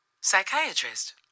psychiatrist